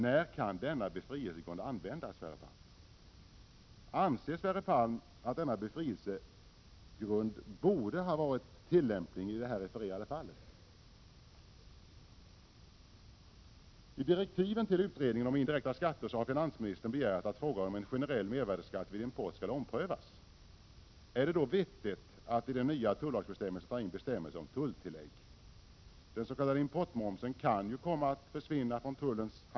När kan denna befrielsegrund användas, Sverre Palm? Anser Sverre Palm att denna befrielsegrund borde ha varit tillämplig i det här aktuella fallet? I direktiven till utredningen om indirekta skatter har finansministern begärt att frågan om en generell mervärdeskatt vid import skall omprövas. Är det då vettigt att i de nya tullagsbestämmelserna ta in bestämmelser om tulltillägg? Den s.k. importmomsen kan ju komma att försvinna från tullens Prot.